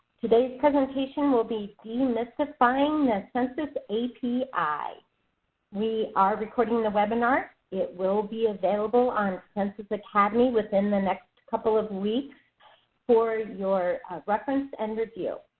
today's presentation will be demystifying the census api. we are recording the webinar. it will be available on census academy within the next couple of weeks for your reference and review.